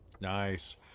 nice